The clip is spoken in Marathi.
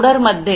पावडर मध्ये